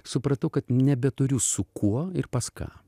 supratau kad nebeturiu su kuo ir pas ką